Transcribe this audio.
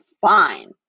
fine